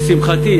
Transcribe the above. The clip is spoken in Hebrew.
לשמחתי,